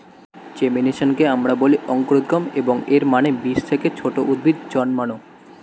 জেমিনেশনকে আমরা বলি অঙ্কুরোদ্গম, এবং এর মানে বীজ থেকে ছোট উদ্ভিদ জন্মানো